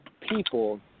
people